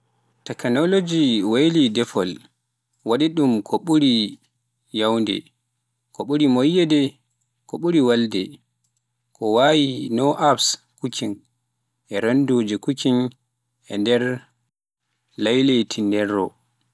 Takanologis waylii defgol, waɗi ɗum ko ɓuri yaawde, ko ɓuri moƴƴude, ko ɓuri welde. ko wayi no apps Cooking, renndooji cooking e nder laylayti renndo